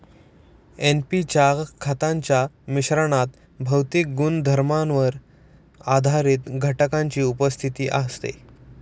NP च्या खतांच्या मिश्रणात भौतिक गुणधर्मांवर आधारित घटकांची उपस्थिती असते